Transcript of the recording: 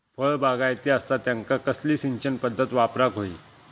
फळबागायती असता त्यांका कसली सिंचन पदधत वापराक होई?